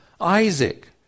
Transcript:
Isaac